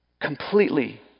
completely